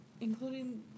including